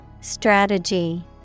Strategy